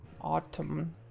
autumn